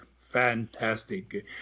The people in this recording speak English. fantastic